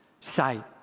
sight